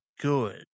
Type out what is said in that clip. good